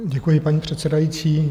Děkuji, paní předsedající.